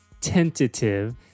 tentative